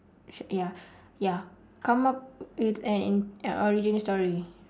ya ya come up with an origin story